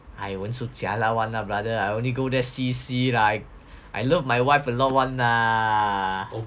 I won't so jialat [one] brother I only go there see see lah I love my wife a lot [one] lah